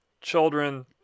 children